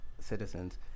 citizens